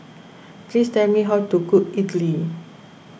please tell me how to cook Idili